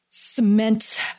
Cement